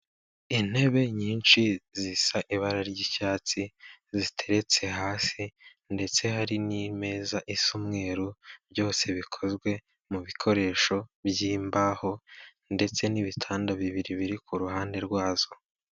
Intebe nyinshi zisa ibara ry'icyatsi ziteretse hasi ndetse hari n'imeza isamweru, byose bikozwe mu bikoresho by'imbaho ndetse n'ibitanda bibiri biri ku ruhande rwazo.